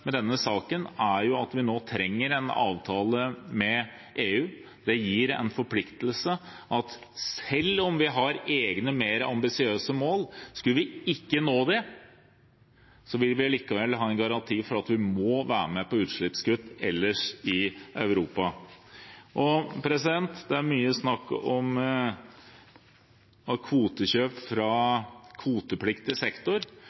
med denne saken er at vi nå trenger en avtale med EU. Det gir en forpliktelse – selv om vi har egne, mer ambisiøse mål, er det sånn at skulle vi ikke nå dem, vil vi likevel ha en garanti for at vi må være med på utslippskutt ellers i Europa. Det er mye snakk om kvotekjøp fra kvotepliktig sektor.